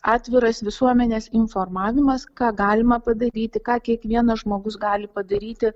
atviras visuomenės informavimas ką galima padaryti ką kiekvienas žmogus gali padaryti